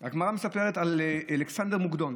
על אלכסנדר מוקדון